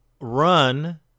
run